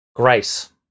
Grace